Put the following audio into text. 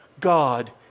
God